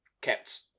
kept